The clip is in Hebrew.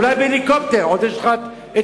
אולי בהליקופטר, עוד יש לך היכולת.